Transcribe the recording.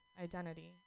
identity